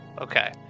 Okay